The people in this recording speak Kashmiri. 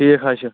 ٹھیٖک حظ چھُ